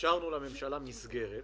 אפשרנו לממשלה מסגרת,